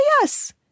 yes